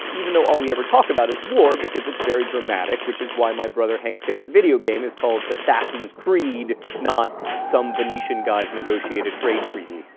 even though all we ever talk about is war because it's very dramatic, which is why my brother hank's favorite video game is called assassin's creed, not some venetian guys negotiate a trade treaty.